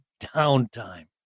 downtime